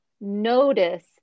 notice